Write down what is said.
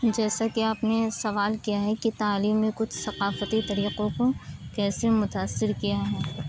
جیسا کہ آپ نے سوال کیا ہے کہ تعلیم میں کچھ ثقافتی طریقوں کو کیسے متاثر کیا ہے